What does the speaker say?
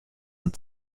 und